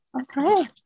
okay